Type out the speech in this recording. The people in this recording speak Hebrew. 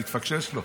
זה התפקשש לו.